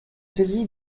saisi